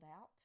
out